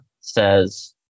says